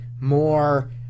more